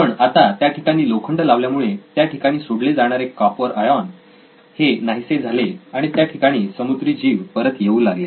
पण आता त्या ठिकाणी लोखंड लावल्यामुळे त्या ठिकाणी सोडले जाणारे कॉपर आयॉन हे नाहीसे झाले आणि त्या ठिकाणी समुद्री जीव परत येऊ लागले